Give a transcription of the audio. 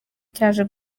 cyaje